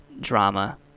drama